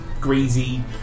greasy